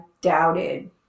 doubted